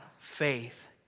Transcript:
faith